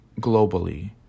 globally